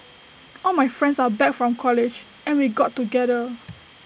all my friends are back from college and we got together